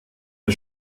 der